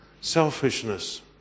selfishness